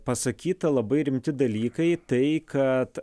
pasakyta labai rimti dalykai tai kad